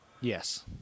Yes